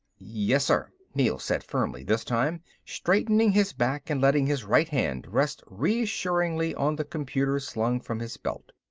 yes, sir, neel said firmly this time, straightening his back and letting his right hand rest reassuringly on the computer slung from his belt.